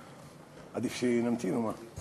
עדיף שנמתין או מה?